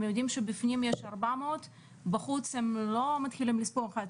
הם יודעים שבפנים יש 400 ובחוץ הם לא מתחילים לספור אחת,